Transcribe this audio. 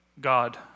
God